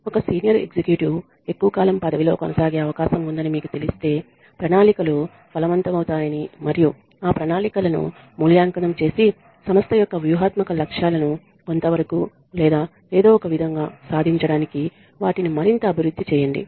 ఒక senior executive ఎక్కువ కాలం పదవిలో కొనసాగే అవకాశం ఉందని మీకు తెలిస్తే ప్రణాళికలు ఫలవంతమవుతాయని మరియు ఆ ప్రణాళికలను మూల్యాంకనం చేసి సంస్థ యొక్క వ్యూహాత్మక లక్ష్యాలను కొంతవరకు లేదా ఏదో ఒకవిధంగా సాధించడానికి వాటిని మరింత అభివృద్ధి చేయండి